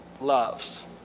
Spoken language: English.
loves